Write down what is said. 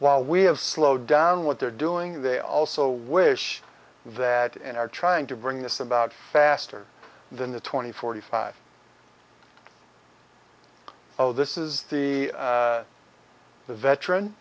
while we have slowed down what they're doing they also wish that and are trying to bring this about faster than the twenty forty five oh this is the